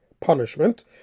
punishment